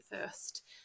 first